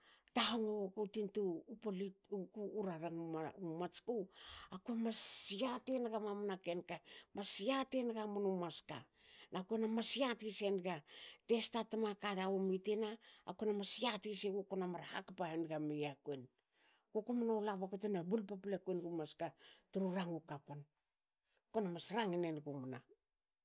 Tahongo wuku tin tu rarangu matsku. akue mas yatienaga mamani ken ka mas yatie naga munu maska. Nakue mas yati senaga te sta ma kata omi tina akuena mas yatisigu kona mar hakpa haniga miakuin. Kuko mno la bakute mne na bul paplaku enugu maska tru rangu kapan. kona mas rangin nengu rangu mana